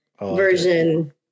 version